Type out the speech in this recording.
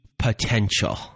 potential